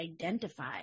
identify